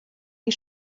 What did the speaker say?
die